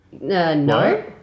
No